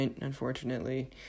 unfortunately